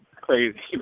crazy